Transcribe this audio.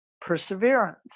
Perseverance